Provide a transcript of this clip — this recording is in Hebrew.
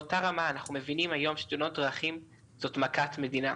באותה רמה אנחנו מבינים היום שתאונות דרכים זו מכת מדינה.